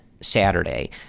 Saturday